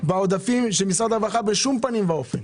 בעודפים של משרד הרווחה בשום פנים ואופן,